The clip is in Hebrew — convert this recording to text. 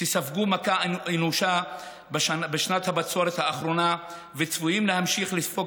שספגו מכה אנושה בשנת הבצורת האחרונה וצפויים להמשיך לספוג